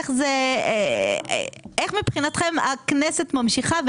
איך מבחינתכם הכנסת ממשיכה,